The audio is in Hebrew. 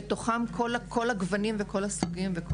בתוכן כל הגוונים וכל הסוגים.